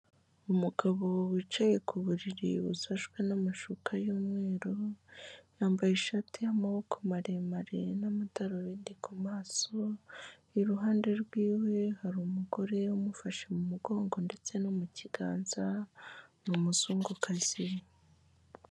Umugabo wicaye ku buriri busashwe n'amashuka y'umweru, yambaye ishati y'amaboko maremare n'amadarubindi ku maso. iruhande rw'iwe hari umu umugore umufashe mu mugongo ndetse no mukiganza ni umuzungukazi.